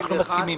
אנחנו מסכימים.